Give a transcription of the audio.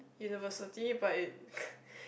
university but it